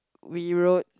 we rode